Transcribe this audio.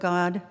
God